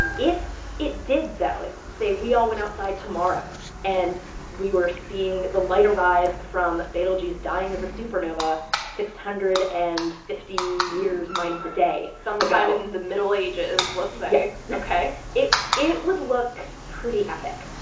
and if it did, though if, say, we all went outside tomorrow and we were seeing the light arrive from betelgeuse dying as a supernova six hundred and fifty years minus a day ago sometime in the middle ages, let's say yeah ok it it would look pretty epic.